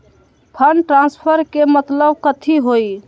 Fund transfer के मतलब कथी होई?